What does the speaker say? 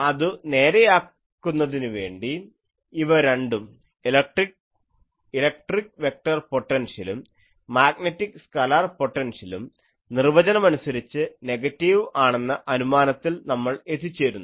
അതു നേരെ ആക്കുന്നതിനു വേണ്ടി ഇവ രണ്ടും ഇലക്ട്രിക് വെക്ടർ പൊട്ടൻഷ്യലും മാഗ്നെറ്റിക് സ്കലാർ പൊട്ടൻഷ്യലും നിർവചനമനുസരിച്ച് നെഗറ്റീവ് ആണെന്ന അനുമാനത്തിൽ നമ്മൾ എത്തിച്ചേരുന്നു